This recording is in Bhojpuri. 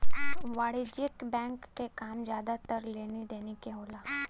वाणिज्यिक बैंक क काम जादातर लेनी देनी के होला